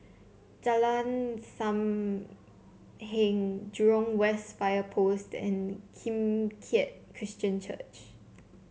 Jalan Sam Heng Jurong West Fire Post and Kim Keat Christian Church